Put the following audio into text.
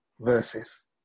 verses